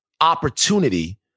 opportunity